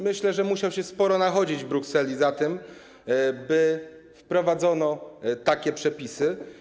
Myślę, że ktoś musiał się sporo nachodzić w Brukseli za tym, by wprowadzono takie przepisy.